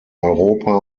europa